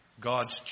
God's